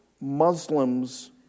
Muslims